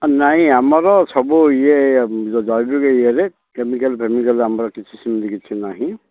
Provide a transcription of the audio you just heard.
ନାଇଁ ଆମର ସବୁ ଇଏ ଜୈବିକ ଇଏରେ କେମିକାଲ୍ ଫେମିକାଲ ଆମର କିଛି ସେମିତି କିଛି ନାହିଁ